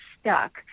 stuck